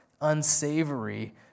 unsavory